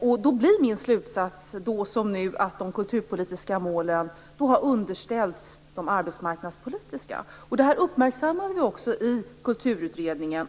Därför är min slutsats, då som nu, att de kulturpolitiska målen har underställts de arbetsmarknadspolitiska. Detta uppmärksammade vi också i Kulturutredningen.